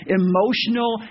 emotional